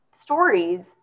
stories